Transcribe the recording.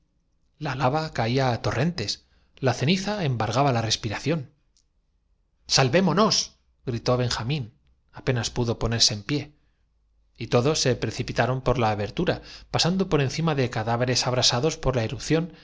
la lava caía á torrentes la ceniza embriagados todos en su felicidad le siguieron au embargaba la respiración tomáticamente pero al llegar á la puerta la encontra salvémonosgritó benjamín apenas pudo ponerse en pié y todos se ron cerrada y por los alaridos quedaba el populacho precipitaron por la abertura pasan al exterior dedujeron que forzarla sería imprudencia do por encima de cadáveres abrasados por la erupción